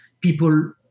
people